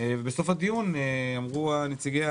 שקל תקציב 21', התקציב